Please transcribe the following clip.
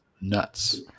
nuts